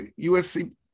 USC